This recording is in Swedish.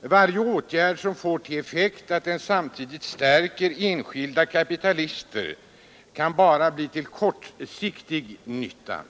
Varje åtgärd som får till effekt att den samtidigt stärker enskilda kapitalister kan bara bli till kortsiktig nytta.